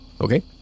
Okay